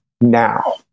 now